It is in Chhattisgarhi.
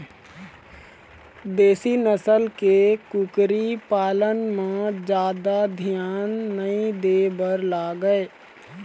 देशी नसल के कुकरी पालन म जादा धियान नइ दे बर लागय